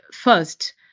first